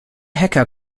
hacker